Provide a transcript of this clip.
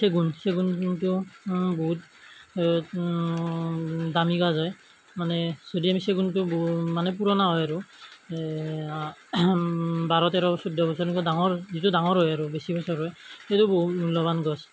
চেগুণ চেগুণটো কিন্তু বহুত দামী গাছ হয় মানে যদি আমি চেগুণটো বহু মানে পুৰণা হয় আৰু বাৰ তেৰ চৈধ্য বছৰ এনেকে ডাঙৰ যিটো ডাঙৰ হয় আৰু বেছি বছৰ হয় সেইটো বহুত মূল্যবান গছ